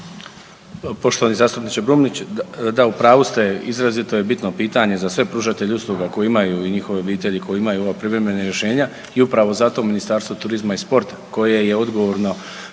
Poštovani zastupniče Brumnić, da u pravu ste izrazito je bitno pitanje za sve pružatelje usluga koje imaju, i njihove obitelji, koji imaju ova privremena rješenja i upravo zato Ministarstvo turizma i sporta koje je odgovorno